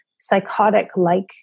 psychotic-like